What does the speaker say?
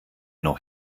noch